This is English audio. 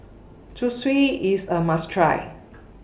Zosui IS A must Try